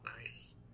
nice